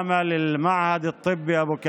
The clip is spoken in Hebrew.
העבודה במכון הרפואי באבו כביר,